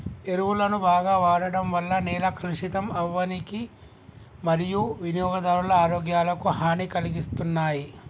ఎరువులను బాగ వాడడం వల్ల నేల కలుషితం అవ్వనీకి మరియూ వినియోగదారుల ఆరోగ్యాలకు హనీ కలిగిస్తున్నాయి